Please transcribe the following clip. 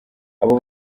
abo